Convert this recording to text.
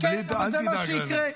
אל תדאג לנו.